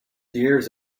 years